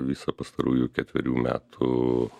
visą pastarųjų ketverių metų